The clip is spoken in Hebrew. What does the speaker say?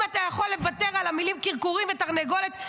אם אתה יכול לוותר על המילים "קרקורים" ו"תרנגולת",